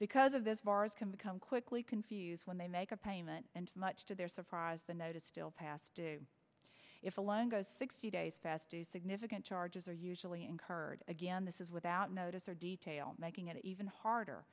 because of those bars can become quickly confused when they make a payment and much to their surprise the notice still past due if the longest sixty days past due significant charges are usually incurred again this is without notice or detail making it even harder